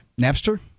Napster